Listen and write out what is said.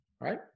right